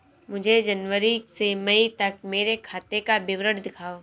मुझे जनवरी से मई तक मेरे खाते का विवरण दिखाओ?